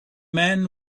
men